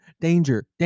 Danger